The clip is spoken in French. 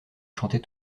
chantait